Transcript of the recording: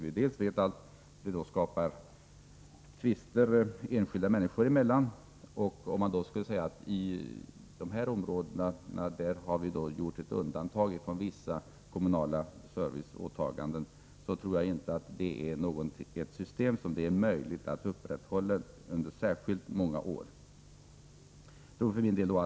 Vi vet att det skulle skapa tvister enskilda människor emellan, om man i ett område gjorde undantag från vissa kommunala serviceåtaganden, och jag tror inte att det är ett system som det är möjligt att upprätthålla under särskilt många år.